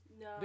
No